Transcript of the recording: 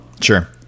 sure